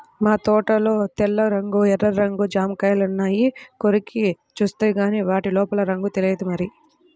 మా తోటలో తెల్ల రంగు, ఎర్ర రంగు జాంకాయలున్నాయి, కొరికి జూత్తేగానీ వాటి లోపల రంగు తెలియదు మరి